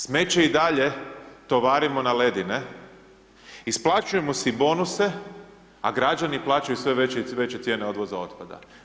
Smeće i dalje tovarimo na ledine, isplaćujemo si bonuse, a građani plaćaju sve veće i veće cijene odvoza otpada.